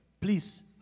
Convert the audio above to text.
please